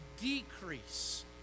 decrease